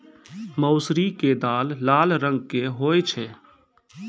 मौसरी के दाल लाल रंग के होय छै